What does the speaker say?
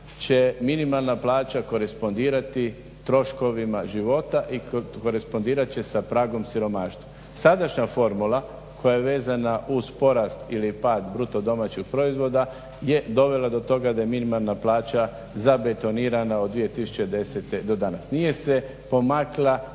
minimalna plaća korespondirati troškovima života i korespondirat će sa pragom siromaštva. Sadašnja formula koja je vezana uz porast ili pad bruto domaćeg proizvoda je dovela do toga da je minimalna plaća zabetonirana od 2010. do danas. Nije se pomakla